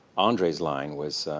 andre's line was,